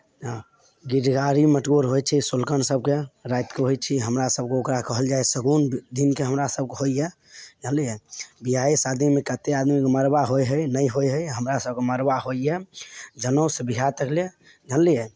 हँ घी ढारी मटकोर होएत छै सोलकन सबके रातिके होएत छै हमरा सबके ओकरा कहल जाइत छै शगुन दिन के हमरा सबके होइए जनलियै बिआहे शादी मे कतेक आदमीके मड़बा होय हय नहि होय हय हमरा सबके मड़बा होइए जनउ से बिआह तकले जनलियै